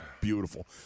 beautiful